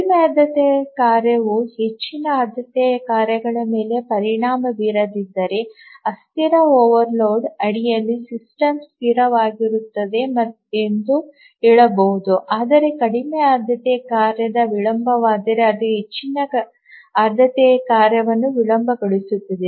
ಕಡಿಮೆ ಆದ್ಯತೆಯ ಕಾರ್ಯವು ಹೆಚ್ಚಿನ ಆದ್ಯತೆಯ ಕಾರ್ಯಗಳ ಮೇಲೆ ಪರಿಣಾಮ ಬೀರದಿದ್ದರೆ ಅಸ್ಥಿರ ಓವರ್ಲೋಡ್ ಅಡಿಯಲ್ಲಿ ಸಿಸ್ಟಮ್ ಸ್ಥಿರವಾಗಿರುತ್ತದೆ ಎಂದು ಹೇಳಬಹುದು ಆದರೆ ಕಡಿಮೆ ಆದ್ಯತೆಯ ಕಾರ್ಯವು ವಿಳಂಬವಾದರೆ ಅದು ಹೆಚ್ಚಿನ ಆದ್ಯತೆಯ ಕಾರ್ಯವನ್ನು ವಿಳಂಬಗೊಳಿಸುತ್ತದೆ